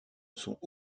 sont